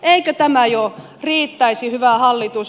eikö tämä jo riittäisi hyvä hallitus